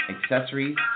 accessories